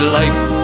life